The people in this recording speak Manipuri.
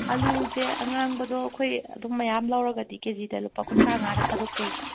ꯑꯥꯜꯂꯨꯁꯦ ꯑꯉꯥꯡꯕꯗꯣ ꯑꯩꯈꯣꯏ ꯑꯗꯨꯝ ꯃꯌꯥꯝ ꯂꯧꯔꯒꯗꯤ ꯀꯦ ꯖꯤꯗ ꯂꯨꯄꯥ ꯀꯨꯟꯊ꯭ꯔꯥ ꯃꯉꯥꯗ ꯊꯥꯗꯣꯛꯆꯩꯌꯦ